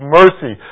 mercy